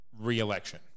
re-election